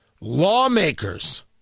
Lawmakers